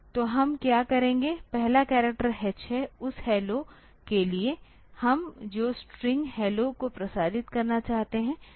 तो हम क्या करेंगे पहला कैरेक्टर H हैं उस HELLO के लिए हम जो स्ट्रिंग Hello को प्रसारित करना चाहते हैं